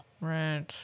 Right